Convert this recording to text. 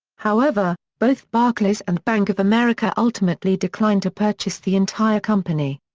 however, both barclays and bank of america ultimately declined to purchase the entire company.